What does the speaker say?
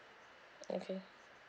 okay